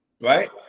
Right